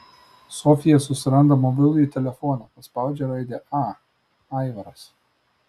sofija susiranda mobilųjį telefoną paspaudžia raidę a aivaras